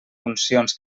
funcions